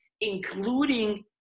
including